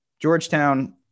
Georgetown